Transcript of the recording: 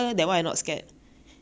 ah that [one] I not scared